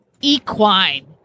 Equine